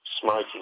smoking